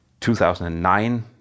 2009